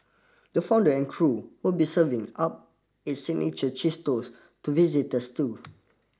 the founder and crew will be serving up its signature cheese toast to visitors too